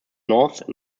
north